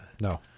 No